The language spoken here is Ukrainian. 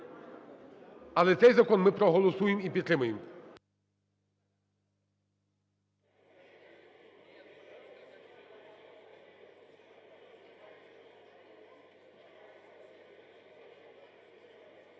Але цей закон ми проголосуємо і підтримаємо.